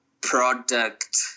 product